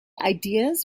ideas